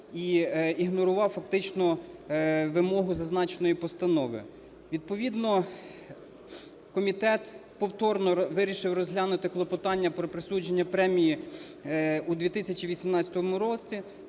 і ігнорував фактично вимогу зазначеної постанови. Відповідно комітет повторно вирішив розглянути клопотання про присудження премії у 2018 році,